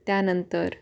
त्यानंतर